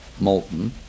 molten